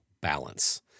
balance